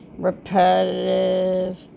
repetitive